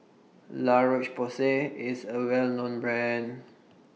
La Roche Porsay IS A Well known Brand